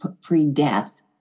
pre-death